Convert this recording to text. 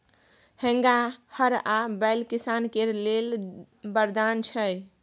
हेंगा, हर आ बैल किसान केर लेल बरदान छै